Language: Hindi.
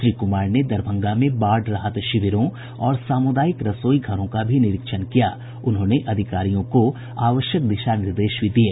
श्री कुमार ने दरभंगा में बाढ़ राहत शिविरों और सामुदायिक रसोई घरों का भी निरीक्षण किया और अधिकारियों को आवश्यक दिशा निर्देश दिये